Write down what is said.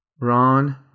Ron